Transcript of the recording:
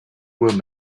were